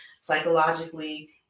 psychologically